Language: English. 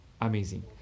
amazing